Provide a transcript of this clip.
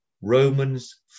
Romans